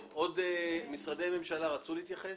נציגי משרדי הממשלה רוצים להתייחס?